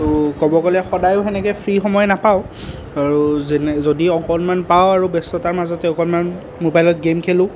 ক'ব গ'লে সদায়ও সেনেকৈ ফ্ৰী সময় নাপাওঁ আৰু যেনে যদি অকণমান পাওঁ আৰু ব্য়স্ততাৰ মাজতে অকণমান মোবাইলত গেম খেলোঁ